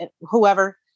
whoever